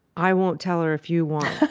i won't tell her, if you won't.